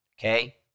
Okay